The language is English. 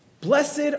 Blessed